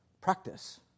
practice